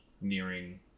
nearing